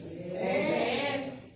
Amen